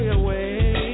away